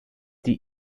die